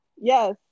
yes